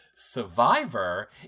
survivor